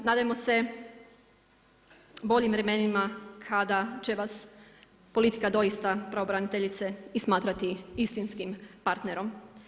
Nadajmo se boljim vremenima kada će vas politika doista pravobraniteljice i smatrati istinskim partnerom.